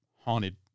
haunted